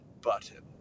button